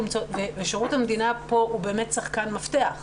שירות המדינה פה הוא באמת שחקן מפתח,